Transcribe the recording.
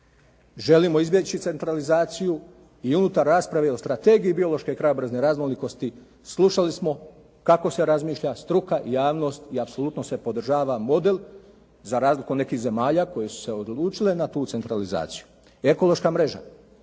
Želimo izbjeći centralizaciju i unutar rasprave i o strategiji biološke i krajobrazne raznolikosti slušali smo kako se razmišlja struka, javnost i apsolutno se podržava model za razliku od nekih zemalja koje su se odlučile na tu centralizaciju. Ekološka mreža.